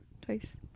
Twice